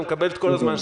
תקבל את כל הזמן שצריך.